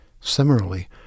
Similarly